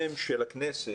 בדוח של מרכז המחקר של הכנסת,